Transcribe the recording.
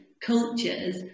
cultures